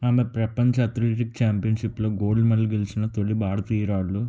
ఆమె ప్రపంచ అథ్లెటిక్ ఛాంపియన్షిప్లో గోల్డ్ మెడల్ గెలిచిన తొలి భారతీయురాలు